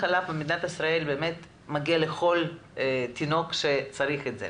חלב במדינת ישראל מגיע לכל תינוק שצריך את זה.